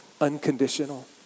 unconditional